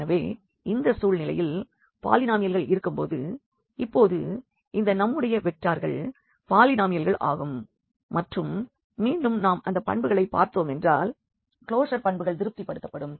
எனவே இந்த சூழலில் பாலினாமியல்கள் இருக்கும்போது இப்பொழுது இந்த நம்முடைய வெக்டர்கள் பாலினாமியல்கள் ஆகும் மற்றும் மீண்டும் நாம் அந்த பண்புகளை பார்த்தோமென்றால் க்ளோஷர் பண்புகள் திருப்திபடுத்தப்படும்